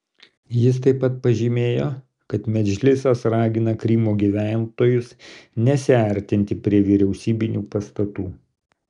jis taip pat pažymėjo kad medžlisas ragina krymo gyventojus nesiartinti prie vyriausybinių pastatų